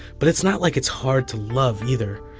but it's not like it's hard to love, either.